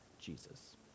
Jesus